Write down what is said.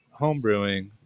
homebrewing